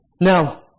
Now